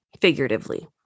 figuratively